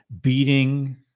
beating